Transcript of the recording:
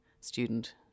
student